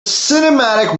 cinematic